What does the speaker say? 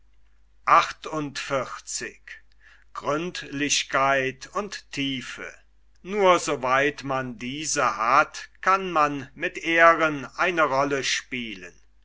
nur so weit man diese hat kann man mit ehren eine rolle spielen